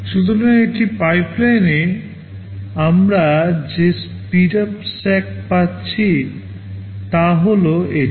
সুতরাং একটি পাইপলাইনে আমরা যে স্পিডআপ Sk পাচ্ছি তা হল এটি